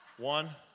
One